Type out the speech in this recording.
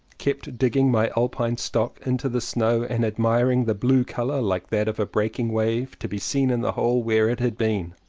kept digging my alpine-stock into the snow and admiring the blue colour like that of a breaking wave to be seen in the hole where it had been.